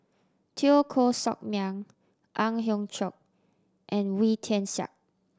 Teo Koh Sock Miang Ang Hiong Chiok and Wee Tian Siak